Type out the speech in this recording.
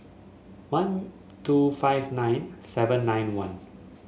one two five nine seven nine one